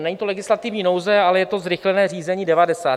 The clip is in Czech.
Není to legislativní nouze, ale je to zrychlené řízení devadesát.